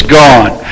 gone